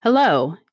Hello